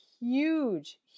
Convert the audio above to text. huge